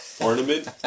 ornament